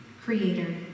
creator